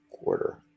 quarter